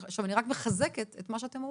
אני רק מחזקת את מה שאתם אומרים,